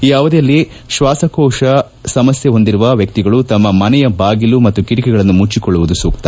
ಈ ಅವಧಿಯಲ್ಲಿ ಶ್ವಾಸಕೋಶ ಸಮಸ್ಯೆ ಹೊಂದಿರುವ ವ್ಯಕ್ತಿಗಳು ತಮ್ಮ ಮನೆಯ ಬಾಗಿಲು ಹಾಗೂ ಕಿಟಕಿಗಳನ್ನು ಮುಚ್ಚಿಕೊಳ್ಳುವುದು ಸೂಕ್ತ